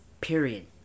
period